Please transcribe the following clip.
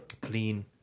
Clean